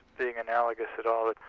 being analogous at all.